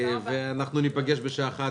אנחנו ניפגש בשעה 13:00,